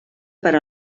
per